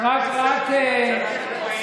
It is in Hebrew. אתה צריך לדייק.